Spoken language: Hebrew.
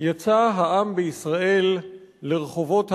יצא העם בישראל לרחובות הערים,